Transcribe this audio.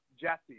Jesse